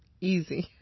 easy